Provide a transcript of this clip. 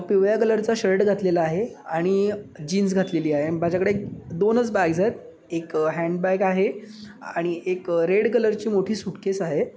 पिवळ्या कलरचा शर्ट घातलेला आहे आणि जीन्स घातलेली आहे आणि माझ्याकडे एक दोनच बॅग्स आहेत एक हँडबॅग आहे आणि एक रेड कलरची मोठी सूटकेस आहे